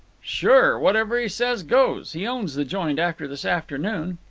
sure. whatever he says goes. he owns the joint after this afternoon.